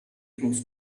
close